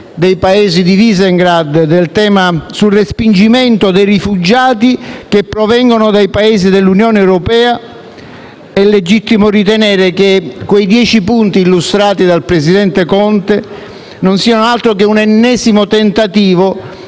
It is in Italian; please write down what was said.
dei Paesi di Visegrád del tema del respingimento dei rifugiati che provengono dai Paesi dell'Unione europea, è legittimo ritenere che quei dieci punti illustrati dal presidente Conte non siano altro che un ennesimo tentativo